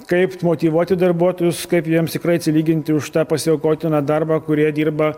kaip motyvuoti darbuotojus kaip jiems tikrai atsilyginti už tą pasiaukotiną darbą kurie dirba